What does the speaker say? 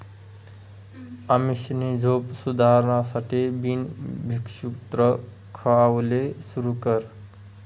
अमीषानी झोप सुधारासाठे बिन भुक्षत्र खावाले सुरू कर